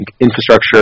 infrastructure